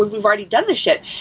we've we've already done this shit.